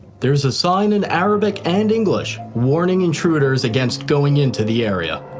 there's a sign in arabic and english warning intruders against going into the area.